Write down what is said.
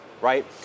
right